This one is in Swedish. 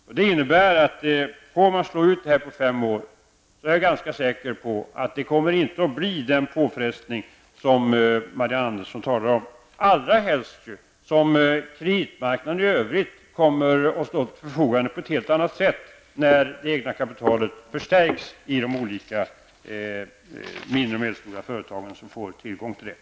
Om man får slå ut detta på fem år är jag ganska säker på att detta inte kommer att bli den påfrestning som Marianne Andersson talar om, allra helst som kreditmarknaden i övrigt kommer att stå till förfogande på ett helt annat sätt när det egna kapitalet förstärkts i de olika mindre och medelstora företag som får tillgång till medlen.